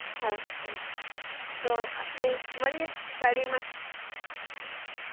હા હા તો આપણે મળીએ ગાડીમાં